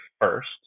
first